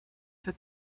für